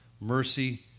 mercy